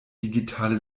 digitale